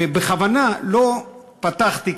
ובכוונה לא פתחתי,